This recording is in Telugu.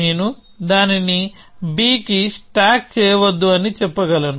నేను దానిని bకి స్టాక్ చేయవద్దు అని చెప్పగలను